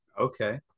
Okay